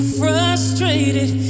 frustrated